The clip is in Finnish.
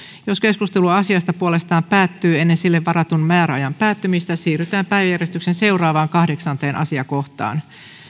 jos keskustelu asiasta puolestaan päättyy ennen sille varatun määräajan päättymistä siirrytään päiväjärjestyksen seuraavaan kahdeksanteen asiakohtaan